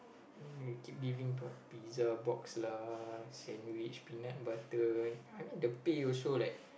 they keep giving what pizza box lah sandwich peanut butter I I mean the teh also like